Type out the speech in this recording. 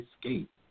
escape